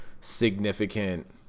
significant